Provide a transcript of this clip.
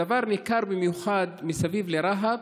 הדבר ניכר במיוחד מסביב לרהט,